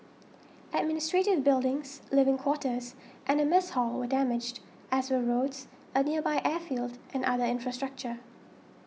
administrative buildings living quarters and a mess hall were damaged as were roads a nearby airfield and other infrastructure